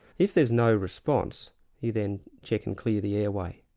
if there's no response you then check and clear the airway.